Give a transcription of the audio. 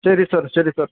ശരി സാർ ശരി സാർ